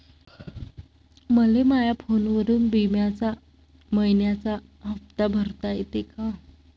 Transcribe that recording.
मले माया फोनवरून बिम्याचा मइन्याचा हप्ता भरता येते का?